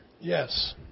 yes